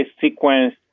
sequence